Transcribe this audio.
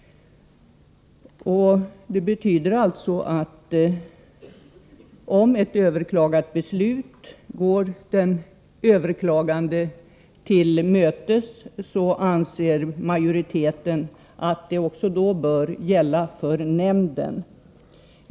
Det betyder alltså, att om ett överklagat beslut går den överklagande till mötes anser majoriteten att det också bör gälla för nämnden.